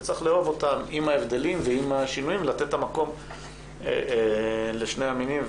וצריך לאהוב אותם עם ההבדלים ועם השינויים ולתת את המקום לשני המינים.